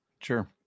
Sure